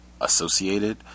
associated